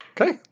Okay